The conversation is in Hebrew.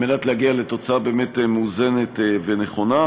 על מנת להגיע לתוצאה באמת מאוזנת ונכונה.